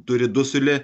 turi dusulį